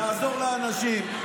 תעזור לאנשים.